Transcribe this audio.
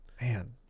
Man